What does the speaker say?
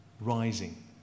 rising